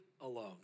alone